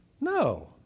No